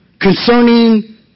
concerning